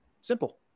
Simple